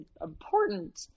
important